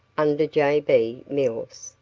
under j. b. mills,